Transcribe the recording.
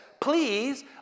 please